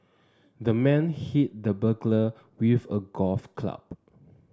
the man hit the burglar with a golf club